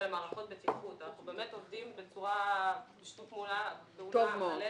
לדעתי אנחנו באמת עובדים בשיתוף פעולה מלא.